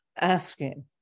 asking